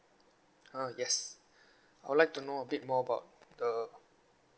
ah yes I would like to know a bit more about the